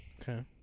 Okay